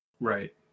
right